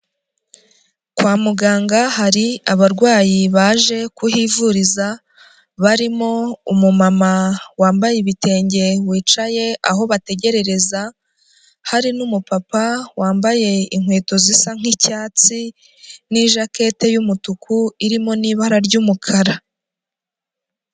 Kwa muganga hari abarwayi baje kuhivuriza, barimo umumama wambaye ibitenge wicaye aho bategererereza, hari n'umupapa wambaye inkweto zisa nk'icyatsi n'ijaketi y'umutuku irimo n'ibara ry'umukara.